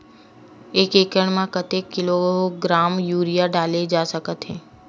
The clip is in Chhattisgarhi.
एक एकड़ म कतेक किलोग्राम यूरिया डाले जा सकत हे?